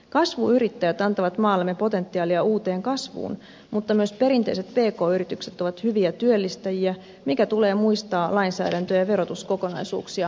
kasvuyrittäjät antavat maallemme potentiaalia uuteen kasvuun mutta myös perinteiset pk yritykset ovat hyviä työllistäjiä mikä tulee muistaa lainsäädäntö ja verotuskokonaisuuksia harkittaessa